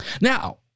Now